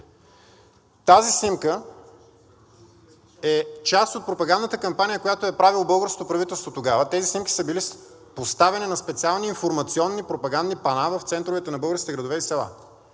Тази снимка е част от пропагандната кампания, която е правило българското правителство тогава. Тези снимки са били поставени на специални информационни пропагандни пана в центровете на българските градове и села,